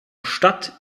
stadt